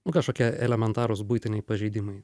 nu kažkokie elementarūs buitiniai pažeidimai